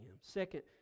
Second